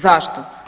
Zašto?